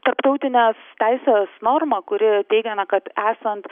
tarptautinės teisės norma kuri teigia na kad esant